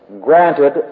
granted